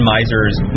Miser's